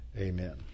Amen